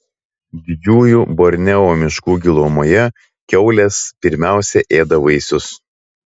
didžiųjų borneo miškų gilumoje kiaulės pirmiausia ėda vaisius